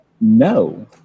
No